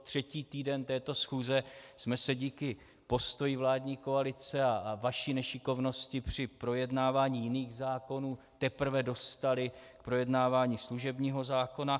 Třetí týden této schůze jsme se díky postoji vládní koalice a vaší nešikovnosti při projednávání jiných zákonů teprve dostali k projednávání služebního zákona.